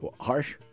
Harsh